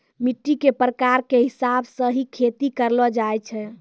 मिट्टी के प्रकार के हिसाब स हीं खेती करलो जाय छै